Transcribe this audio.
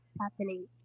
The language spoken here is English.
happening